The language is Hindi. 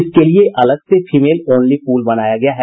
इसके लिए अलग से फीमेल ओनली पूल बनाया गया है